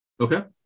Okay